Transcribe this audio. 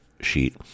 sheet